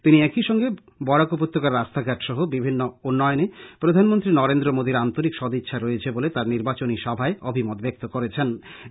তিনি একইসঙ্গে বরাক উপত্যকার রাস্তাঘাট সহ সার্বিক উন্নয়নে প্রধানমন্ত্রী নরেন্দ্র মোদীর আন্তরিক সদিচ্ছা রয়েছে বলে তার নির্বাচনী সভায় অভিমত ব্যক্ত করেছেন